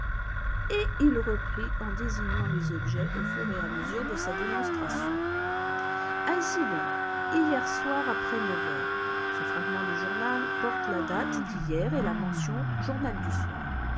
et il reprit en désignant les objets au fur et à mesure de sa démonstration ainsi donc hier soir après neuf heures